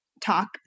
talk